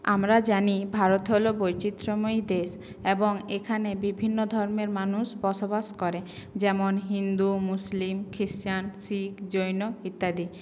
আমরা জানি ভারত হলো বৈচিত্র্যময় দেশ এবং এখানে বিভিন্ন ধর্মের মানুষ বস বাস করে যেমন হিন্দু মুসলিম খ্রিস্টান শিখ জৈন ইত্যাদি